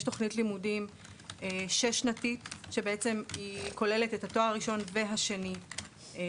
יש תוכנית לימודים שש-שנתית שהיא כוללת את התואר הראשון והשני ברפואה,